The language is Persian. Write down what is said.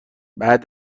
بعد